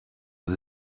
sie